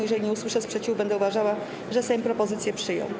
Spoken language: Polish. Jeżeli nie usłyszę sprzeciwu, będę uważała, że Sejm propozycję przyjął.